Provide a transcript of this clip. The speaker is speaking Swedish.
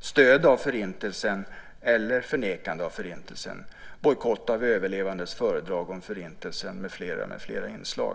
stöd eller förnekande av Förintelsen, bojkott av överlevandes föredrag om Förintelsen med flera inslag.